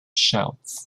shouts